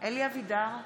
אלי אבידר,